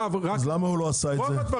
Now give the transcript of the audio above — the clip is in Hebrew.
אז למה הוא לא עשה את זה?